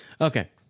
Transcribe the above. Okay